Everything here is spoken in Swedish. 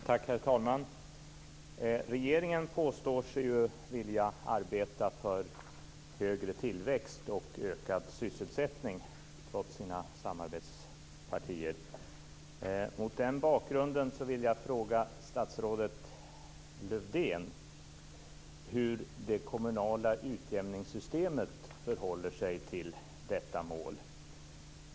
Herr talman! Regeringen påstår sig ju vilja arbeta för högre tillväxt och ökad sysselsättning, trots sina samarbetspartier. Mot den bakgrunden vill jag fråga statsrådet Lövdén hur det kommunala utjämningssystemet förhåller sig till detta mål.